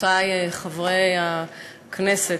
חברותי חברי הכנסת,